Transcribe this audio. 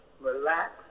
relax